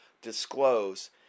disclose